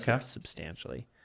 substantially